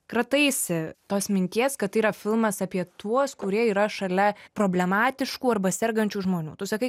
krataisi tos minties kad tai yra filmas apie tuos kurie yra šalia problematiškų arba sergančių žmonių tu sakai